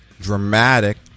dramatic